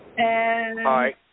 Hi